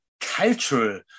cultural